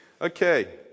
Okay